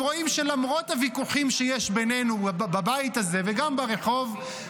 הם רואים שלמרות הוויכוחים שיש בינינו בבית הזה וגם ברחוב,